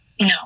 No